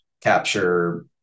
capture